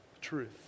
truth